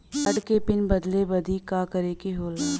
Card क PIN बदले बदी का करे के होला?